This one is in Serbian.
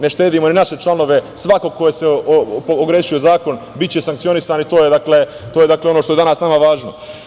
Ne štedimo ni naše članove, svako ko je se ogrešio o zakon, biće sankcionisan i to je dakle, ono što je danas nama važno.